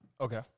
Okay